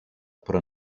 però